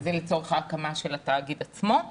לצורך ההקמה של התאגיד עצמו.